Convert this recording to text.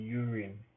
urine